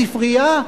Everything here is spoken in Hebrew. ספרייה,